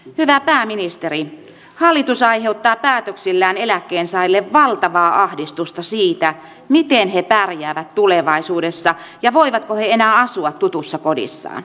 hyvä pääministeri hallitus aiheuttaa päätöksillään eläkkeensaajille valtavaa ahdistusta siitä miten he pärjäävät tulevaisuudessa ja voivatko he enää asua tutussa kodissaan